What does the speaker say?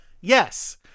yes